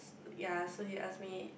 ya so he asked me